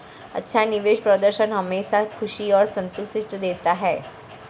अच्छा निवेश प्रदर्शन हमेशा खुशी और संतुष्टि देता है